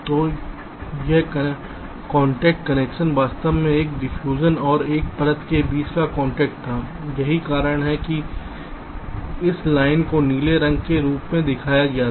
तो यह contact connection वास्तव में एक डिफ्यूजन और एक धातु के बीच का कांटेक्ट था यही कारण है कि इस लाइन को नीले रंग के रूप में दिखाया गया था